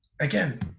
again